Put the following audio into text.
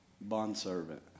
bondservant